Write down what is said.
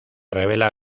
revela